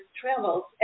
travels